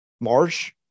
Marsh